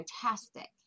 fantastic